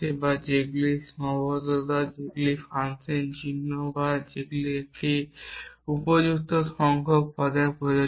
বা সেগুলি সীমাবদ্ধতা বা সেগুলি ফাংশন চিহ্ন যা মূলত একটি উপযুক্ত সংখ্যক পদে প্রযোজ্য